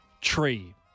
Tree